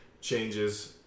changes